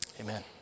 Amen